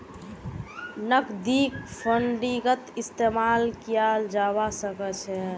नकदीक फंडिंगत इस्तेमाल कियाल जवा सक छे